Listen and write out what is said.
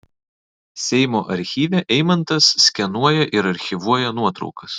seimo archyve eimantas skenuoja ir archyvuoja nuotraukas